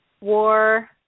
war